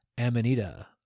amanita